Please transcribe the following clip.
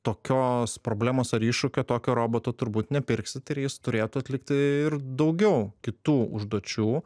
tokios problemos ar iššūkio tokio roboto turbūt nepirksi tai ir jis turėtų atlikti ir daugiau kitų užduočių